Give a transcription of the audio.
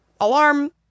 alarm